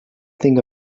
think